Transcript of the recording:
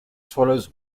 swallows